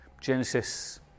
Genesis